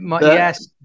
Yes